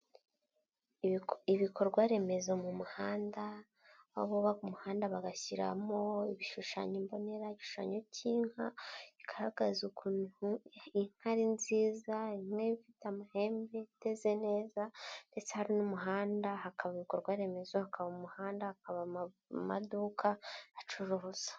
Ibikorwaremezo mu muhanda baba umuhanda bagashyiramo ibishushanyo mbonera igishushanyo cy'inka igaragazaze ukuntu inkari Ari nziza imwe ifite amahembe iteze neza ndetse hari n'umuhanda hakaba ibikorwa remezo hakaba umuhanda hakaba amaduka acurura.